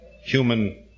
human